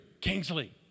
Kingsley